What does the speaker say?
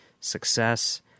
success